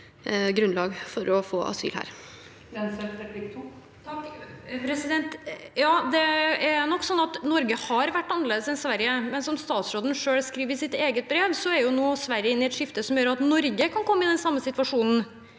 det er nok sånn at Norge har vært annerledes enn Sverige, men som statsråden selv skriver i sitt eget brev, er Sverige nå inne i et skifte som gjør at Norge kan komme i den samme situasjonen